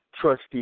trustee